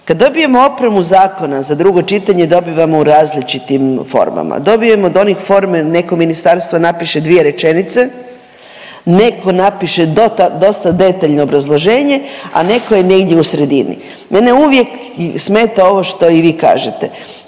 Kad dobijemo opremu zakona za drugo čitanje dobivamo u različitim formama. Dobijemo od onih formi neko ministarstvo napiše dvije rečenice, neko napiše dosta detaljno obrazloženje, a neko je negdje u sredini. Mene uvijek smeta ovo što i vi kažete,